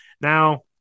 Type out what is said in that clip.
now